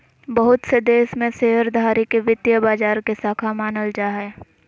बहुत से देश में शेयरधारी के वित्तीय बाजार के शाख मानल जा हय